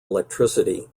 electricity